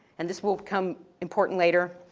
and this will become important later,